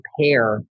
pair